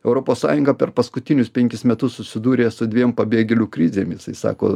europos sąjunga per paskutinius penkis metus susidūrė su dviem pabėgėlių krizėm jisai sako